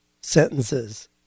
sentences